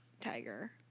tiger